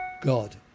God